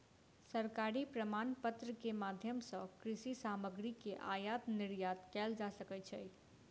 सरकारी प्रमाणपत्र के माध्यम सॅ कृषि सामग्री के आयात निर्यात कयल जा सकै छै